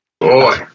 boy